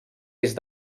est